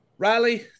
Riley